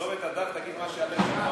תעזוב את הדף, תגיד מה שהלב שלך אומר.